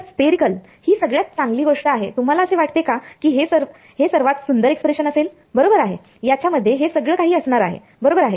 तर स्फेरीकल ही सगळ्यात चांगली गोष्ट आहे तुम्हाला असे वाटते का की हे सर्वात सुंदर एक्सप्रेशन असेल बरोबर आहे याच्यामध्ये हे सगळं काही असणार आहे बरोबर आहे